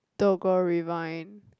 Dokgo Rewind